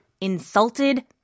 insulted